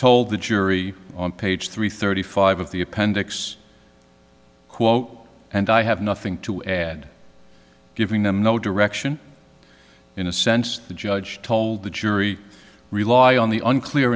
told the jury on page three thirty five of the appendix quote and i have nothing to add giving them no direction in a sense the judge told the jury rely on the unclear